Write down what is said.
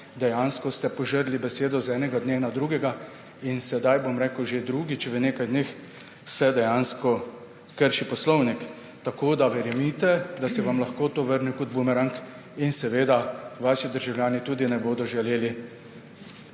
dejansko požrli besedo z enega dne na drugega in se sedaj že drugič v nekaj dneh dejansko krši poslovnik. Verjemite, da se vam lahko to vrne kot bumerang in vaši državljani tudi ne bodo želeli